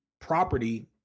property